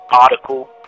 article